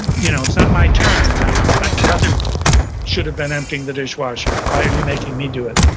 you know it's not my turn. my my brother should have been emptying the dishwasher. why are you making me do it?